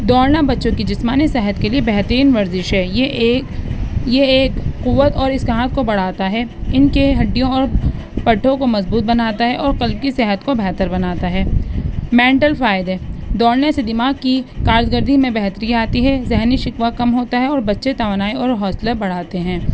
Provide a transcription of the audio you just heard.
دوڑنا بچوں کی جسمانی صحت کے لیے بہترین ورزش ہے یہ ایک یہ ایک قوت اور اسکاحک کو بڑھاتا ہے ان کے ہڈیوں اور پٹھوں کو مضبوط بناتا ہے اور قلب کی صحت کو بہتر بناتا ہے مینٹل فائدے دوڑنے سے دماغ کی کارکردگی میں بہتری آتی ہے ذہنی شکوہ کم ہوتا ہے اور بچے توانائی اور حوصلہ بڑھاتے ہیں